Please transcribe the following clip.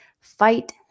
fight